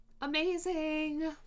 amazing